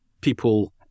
people